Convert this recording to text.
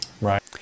Right